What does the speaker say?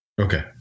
Okay